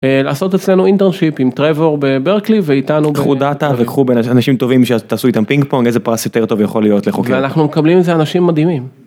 לעשות אצלנו אינטרשיפ עם טראבורד בברקלי ואיתנו בקחו דאטה וקחו אנשים טובים שתעשו איתם פינג פונג איזה פרס יותר טוב יכול להיות לחוקר אנחנו מקבלים זה אנשים מדהימים.